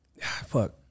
fuck